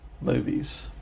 movies